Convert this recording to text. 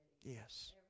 yes